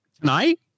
Tonight